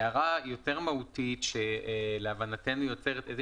הערה יותר מהותית שלהבנתנו יוצאת אי